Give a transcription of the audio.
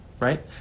right